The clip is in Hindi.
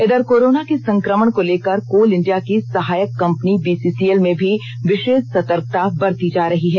इधर कोरोना के संक्रमण को लेकर कोल इंडिया की सहायक कंपनी बीसीसीएल में भी विषेष सर्तकता बरती जा रही है